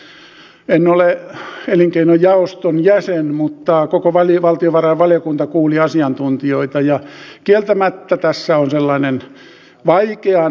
en ole elinkeinojaoston jäsen mutta koko valtiovarainvaliokunta kuuli asiantuntijoita ja kieltämättä tässä on sellainen vaikean ratkaisun paikka